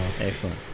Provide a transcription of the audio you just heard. Excellent